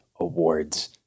awards